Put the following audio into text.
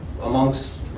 amongst